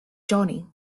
johnny